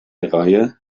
reihe